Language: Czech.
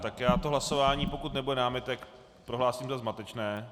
Tak já to hlasování, pokud nebude námitek, prohlásím za zmatečné.